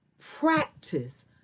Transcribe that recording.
practice